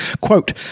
Quote